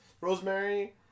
Rosemary